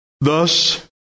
thus